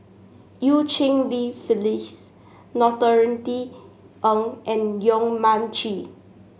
Eu Cheng Li Phyllis Norothy Ng and Yong Mun Chee